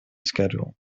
schedule